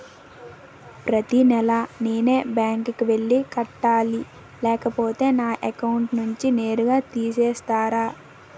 ప్రతి నెల నేనే బ్యాంక్ కి వెళ్లి కట్టాలి లేకపోతే నా అకౌంట్ నుంచి నేరుగా తీసేస్తర?